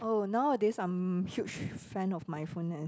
oh nowadays I'm huge fan of mindfulness